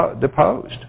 deposed